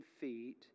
feet